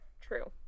True